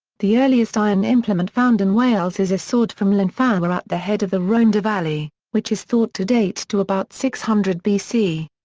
the earliest iron implement found in wales is a sword from llyn fawr at the head of the rhondda valley, which is thought to date to about six hundred bc.